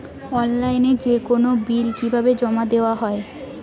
অনলাইনে যেকোনো বিল কিভাবে জমা দেওয়া হয়?